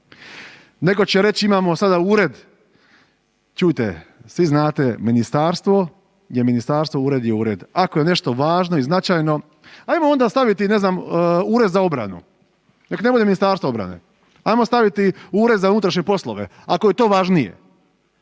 Netko će reći imamo sada ured. Čujte, svi znate, ministarstvo je ministarstvo, ured je ured, ako je nešto važno i značajno, hajmo onda staviti, ne znam, Ured za obranu, nek ne bude Ministarstvo obrane. Hajmo staviti Ured za unutrašnje poslove, ako je to važnije.